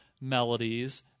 melodies